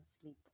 sleep